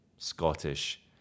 Scottish